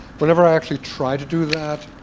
whenever i actually try to do that,